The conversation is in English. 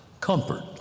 Comfort